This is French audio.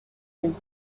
pays